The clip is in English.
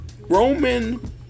Roman